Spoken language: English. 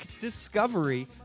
Discovery